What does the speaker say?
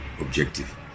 objective